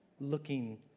Looking